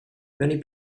many